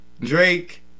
Drake